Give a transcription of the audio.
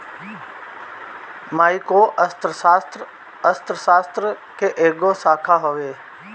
micro अर्थशास्त्र, अर्थशास्त्र के एगो शाखा हवे